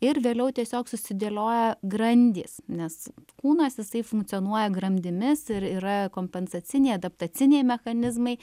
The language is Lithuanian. ir vėliau tiesiog susidėlioja grandys nes kūnas jisai funkcionuoja grandimis ir yra kompensaciniai adaptaciniai mechanizmai